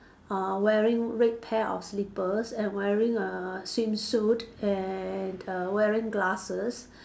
uh wearing red pair of slippers and wearing a swimsuit and err wearing glasses